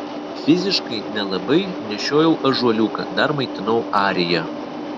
fiziškai nelabai nešiojau ąžuoliuką dar maitinau ariją